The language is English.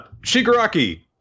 Shigaraki